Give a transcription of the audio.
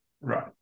right